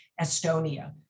Estonia